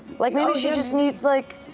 like maybe she just needs like,